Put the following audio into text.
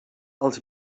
els